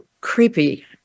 creepy